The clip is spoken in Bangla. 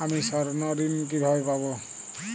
আমি স্বর্ণঋণ কিভাবে পাবো?